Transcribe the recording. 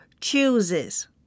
chooses